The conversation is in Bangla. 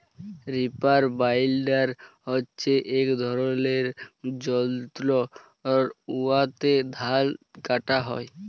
রিপার বাইলডার হছে ইক ধরলের যল্তর উয়াতে ধাল কাটা হ্যয়